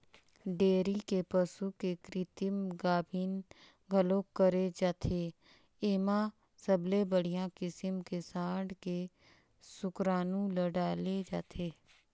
dairy के पसू के कृतिम गाभिन घलोक करे जाथे, एमा सबले बड़िहा किसम के सांड के सुकरानू ल डाले जाथे